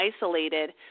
isolated